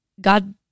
God